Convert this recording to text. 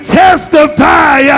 testify